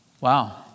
Wow